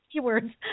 keywords